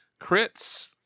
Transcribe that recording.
Crits